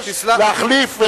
סלח לי,